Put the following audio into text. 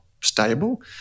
stable